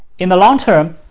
in the long term,